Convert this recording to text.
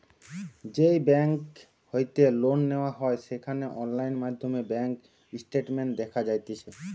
যেই বেংক হইতে লোন নেওয়া হয় সেখানে অনলাইন মাধ্যমে ব্যাঙ্ক স্টেটমেন্ট দেখা যাতিছে